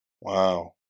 Wow